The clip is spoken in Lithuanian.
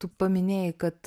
tu paminėjai kad